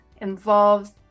involves